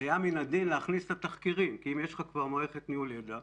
מן הדין היה להכניס את התחקירים כי אם יש לך כבר מערכת ניהול ידע,